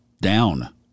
down